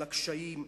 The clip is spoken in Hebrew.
על הקשיים,